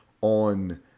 on